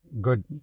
good